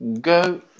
go